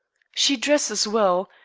she dresses well,